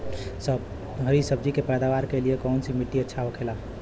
हरी सब्जी के पैदावार के लिए कौन सी मिट्टी अच्छा होखेला?